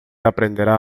aprenderá